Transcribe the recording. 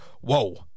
whoa